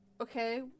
okay